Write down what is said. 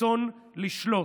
הרצון לשלוט.